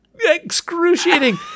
excruciating